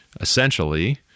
essentially